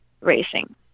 racing